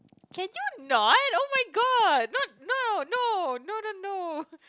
can you annoyed oh-my-god not no no no no no